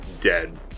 dead